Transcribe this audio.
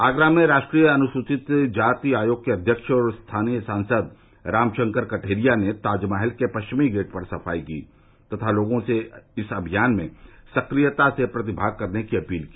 आगरा में राष्ट्रीय अनुसचित जाति आयोग के अव्यक्ष और स्थानीय सांसद राम शंकर कठेरिया ने ताजमहल के पश्विमी गेट पर सफाई की तथा लोगों से इस अभियान में सक्रियता से प्रतिभाग करने की अपील की